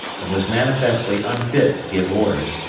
and was manifestly unfit to give orders,